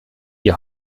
die